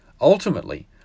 ultimately